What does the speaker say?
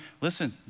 Listen